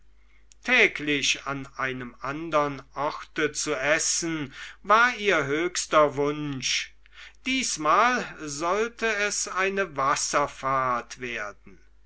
täglich an einem andern orte zu essen war ihr höchster wunsch diesmal sollte es eine wasserfahrt werden